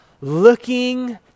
looking